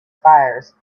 fires